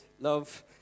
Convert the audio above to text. love